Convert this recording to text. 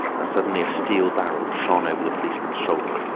and suddenly a steel barrel shone over the policeman's shoulder,